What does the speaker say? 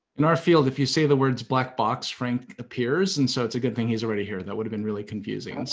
in our field, if you say the words black box, frank appears, and so it's a good thing he's already here. that would have been really confusing.